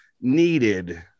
needed